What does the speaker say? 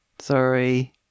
Sorry